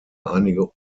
einige